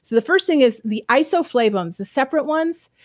so the first thing is the isoflavones, the separate ones,